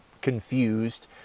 confused